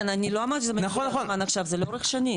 כן, זה לאורך שנים.